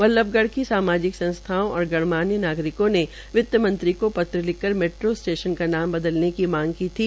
बल्लभगढ़ की सामाजिक संस्थाओं और गणमान्य नागरिकों ने वित्तमंत्री को पत्र लिखकर मेट्रो स्टेशन का नाम बदलने की मांग की थी